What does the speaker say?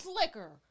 liquor